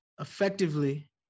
effectively